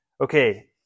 Okay